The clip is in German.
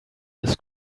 des